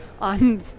on